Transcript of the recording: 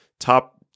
top